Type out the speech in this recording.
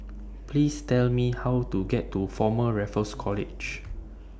Please Tell Me How to get to Former Raffles College